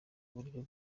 buryo